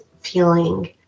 feeling